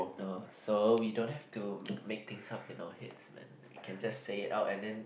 no so we don't have to make things up in our heads man we can just say it out and then